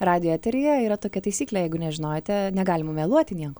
radijo eteryje yra tokia taisyklė jeigu nežinojote negalime meluoti nieko